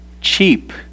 cheap